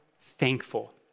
thankful